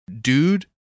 dude